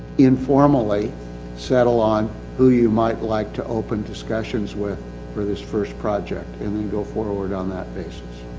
informally settle on who you might like to open discussions with for this first project, and then go forward on that basis.